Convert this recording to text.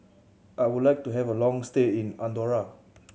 I would like to have a long stay in Andorra